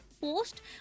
post